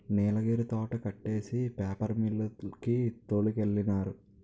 నీలగిరి తోట కొట్టేసి paper mill కి తోలికెళ్ళినారు